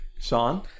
Sean